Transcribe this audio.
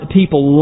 people